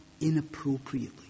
inappropriately